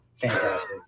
Fantastic